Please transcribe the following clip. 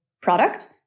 product